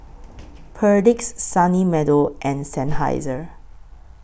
Perdix Sunny Meadow and Seinheiser